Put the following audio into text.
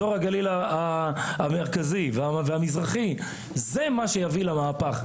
אזור הגליל המרכזי והמזרחי זה מה שיביא למהפך,